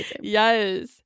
Yes